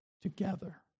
together